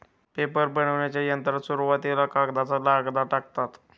paper बनविण्याच्या यंत्रात सुरुवातीला कागदाचा लगदा टाकतात